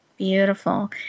Beautiful